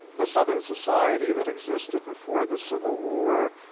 the southern society that existed before the civil war,